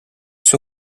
suo